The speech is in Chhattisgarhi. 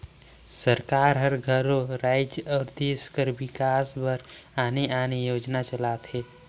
सरकार हर घलो राएज अउ देस कर बिकास बर आने आने योजना चलाथे